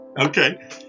Okay